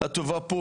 והשאר בהמשך.